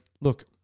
look